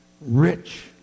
rich